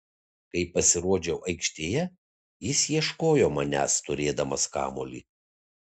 kai pasirodžiau aikštėje jis ieškojo manęs turėdamas kamuolį